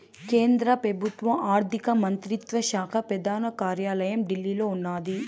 కేంద్ర పెబుత్వ ఆర్థిక మంత్రిత్వ శాక పెదాన కార్యాలయం ఢిల్లీలో ఉన్నాది